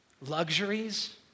luxuries